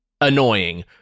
annoying